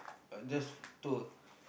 uh just tour